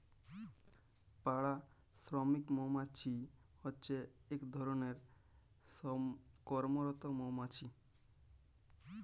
পাড়া শ্রমিক মমাছি হছে ইক ধরলের কম্মরত মমাছি